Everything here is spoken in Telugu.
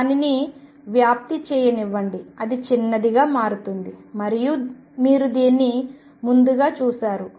దానిని వ్యాప్తి చేయనివ్వండి అది చిన్నదిగా మారుతుంది మరియు మీరు దీన్ని ముందుగా చూసారు